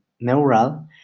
neural